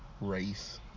race